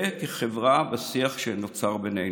וכחברה, בשיח שנוצר בינינו.